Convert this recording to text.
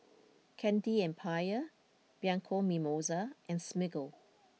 Candy Empire Bianco Mimosa and Smiggle